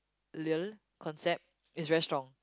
~lial concept is very strong